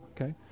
Okay